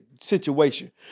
situation